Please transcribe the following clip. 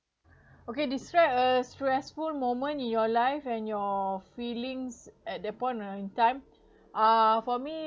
okay describe a stressful moments in your life and your feelings at that point in time uh for me